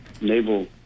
naval